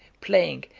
playing,